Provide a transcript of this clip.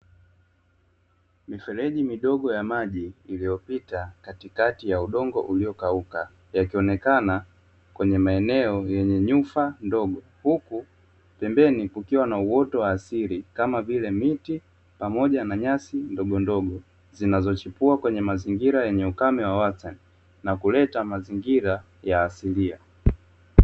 Mifereji midogo ya maji iliyopita katikati ya udongo uliokauka yakionekana kwenye maeneo yenye nyufa ndogo huku pembeni kukiwa na uoto wa asili kama vile miti pamoja na nyasi ndogondogo, zinazochipua kwenye mazingira yenye ukame wa wastani, na kuleta mazingira ya asilia.